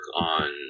on